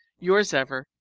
yours ever,